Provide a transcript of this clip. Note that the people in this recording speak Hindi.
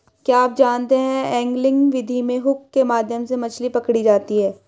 क्या आप जानते है एंगलिंग विधि में हुक के माध्यम से मछली पकड़ी जाती है